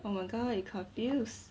oh my god you confuse